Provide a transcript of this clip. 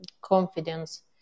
confidence